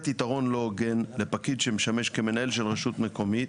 יתרון לא הוגן לפקיד שמשמש כמנהל של רשות מקומית